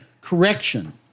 correction